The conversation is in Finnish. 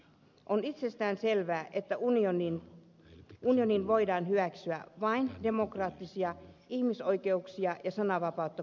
on itsestäänselvää että unioniin voidaan hyväksyä vain demokraattisia ihmisoikeuksia ja sananvapautta kunnioittavia maita